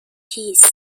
کیست